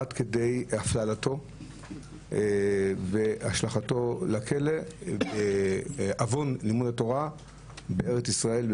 עד כדי הפללתו והשלכתו לכלא בעוון לימוד התורה בארץ ישראל,